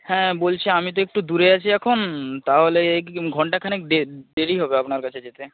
হ্যাঁ বলছি আমি তো একটু দূরে আছি এখন তাহলে ঘণ্টা খানেক দেরি হবে আপনার কাছে যেতে